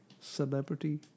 celebrity